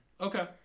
Okay